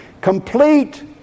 complete